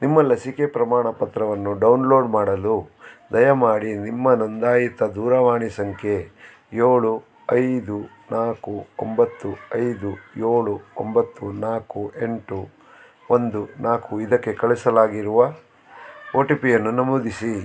ನಿಮ್ಮ ಲಸಿಕೆ ಪ್ರಮಾಣಪತ್ರವನ್ನು ಡೌನ್ಲೋಡ್ ಮಾಡಲು ದಯಮಾಡಿ ನಿಮ್ಮ ನೊಂದಾಯಿತ ದೂರವಾಣಿ ಸಂಖ್ಯೆ ಏಳು ಐದು ನಾಲ್ಕು ಒಂಬತ್ತು ಐದು ಏಳು ಒಂಬತ್ತು ನಾಲ್ಕು ಎಂಟು ಒಂದು ನಾಲ್ಕು ಇದಕ್ಕೆ ಕಳಿಸಲಾಗಿರುವ ಓ ಟಿ ಪಿಯನ್ನು ನಮೂದಿಸಿ